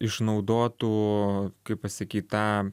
išnaudotų kaip pasakyt tą